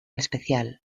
especial